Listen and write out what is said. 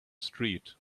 street